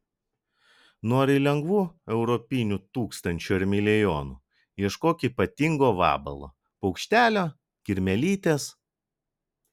nori lengvų europinių tūkstančių ar milijonų ieškok ypatingo vabalo paukštelio kirmėlytės